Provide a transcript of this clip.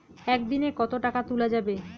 একদিন এ কতো টাকা তুলা যাবে?